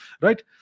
right